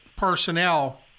Personnel